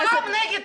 למה העם נגדם?